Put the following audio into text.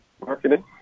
Marketing